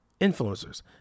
influencers